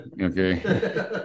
Okay